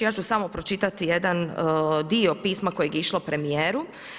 Ja ću samo pročitati jedan dio pisma kojeg je išlo premjeru.